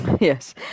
Yes